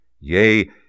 Yea